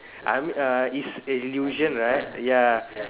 I mean uh it's a illusion right ya